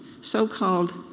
so-called